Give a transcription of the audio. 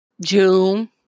june